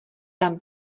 tam